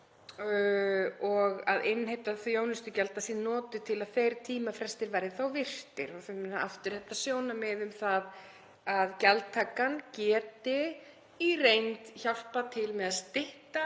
og að innheimta þjónustugjalda sé notuð til að þeir tímafrestir verði þá virtir. Þá fáum við aftur þetta sjónarmið um það að gjaldtakan geti í reynd hjálpað til við að stytta